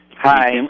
Hi